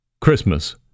Christmas